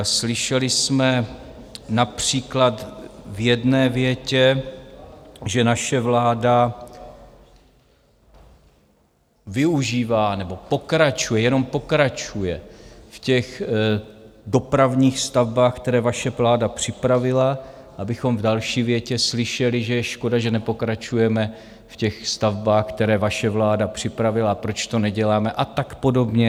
Slyšeli jsme například v jedné větě, že naše vláda využívá, nebo pokračuje, jenom pokračuje v těch dopravních stavbách, které vaše vláda připravila, abychom v další větě slyšeli, že je škoda, že nepokračujeme v těch stavbách, které vaše vláda připravila, a proč to neděláme a tak podobně.